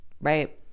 right